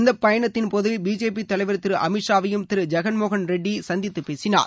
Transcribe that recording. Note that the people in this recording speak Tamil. இந்த பயணத்தின்போது பிஜேபி தலைவர் திரு அமித்ஷாவையும் திரு ஜெகன்மோகன் ரெட்டி சந்தித்து பேசினார்